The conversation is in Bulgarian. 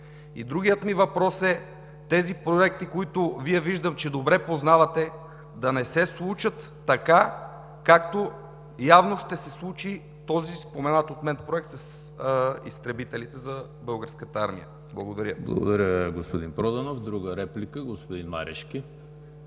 другият ми въпрос е: с тези проекти, които виждам, че добре познавате, да не се случи така, както явно ще се случи с този, споменат от мен проект – с изтребителите за Българската армия? Благодаря. ПРЕДСЕДАТЕЛ ЕМИЛ ХРИСТОВ: Благодаря, господин Проданов. Друга реплика? Господин Марешки.